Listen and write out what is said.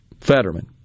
Fetterman